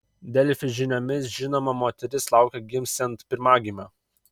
delfi žiniomis žinoma moteris laukia gimsiant pirmagimio